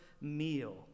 meal